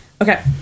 Okay